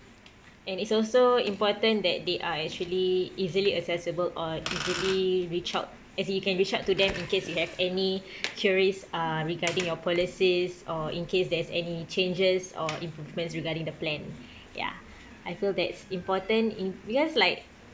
and it's also important that they are actually easily accessible or easily reached out as you can reach out to them in case you have any queries uh regarding your policies or in case there's any changes or improvements regarding the plan ya I feel that's important in because like